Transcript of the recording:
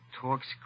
talks